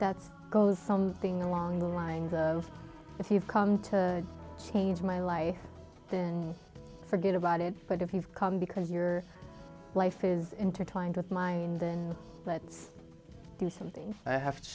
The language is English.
that's goes something along the lines of if you've come to change my life then forget about it but if you've come because your life is intertwined with mind then let's do something i have to